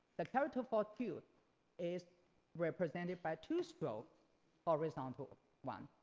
the character for two is represented by two strokes horizontal one.